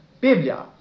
Biblia